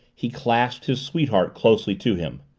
he clasped his sweetheart closely to him.